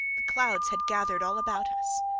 the clouds had gathered all about us.